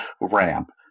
ramp